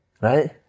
Right